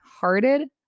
hearted